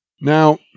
Now